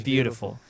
Beautiful